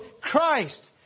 Christ